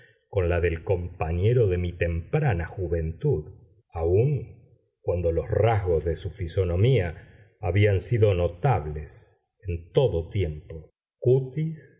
con la del compañero de mi temprana juventud aun cuando los rasgos de su fisonomía habían sido notables en todo tiempo cutis